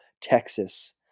Texas